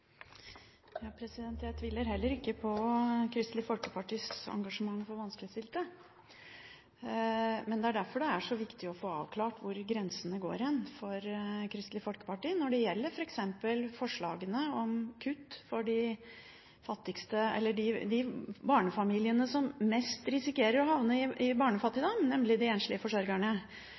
Jeg tviler heller ikke på Kristelig Folkepartis engasjement for vanskeligstilte. Men det er derfor det er så viktig å få avklart hvor grensene går for Kristelig Folkeparti, f.eks. når det gjelder forslagene om kutt for de barnefamiliene som mest risikerer å havne i barnefattigdom, nemlig de enslige forsørgerne,